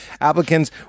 applicants